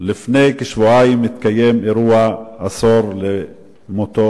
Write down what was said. שלפני כשבועיים התקיים אירוע עשור למותו